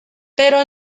pero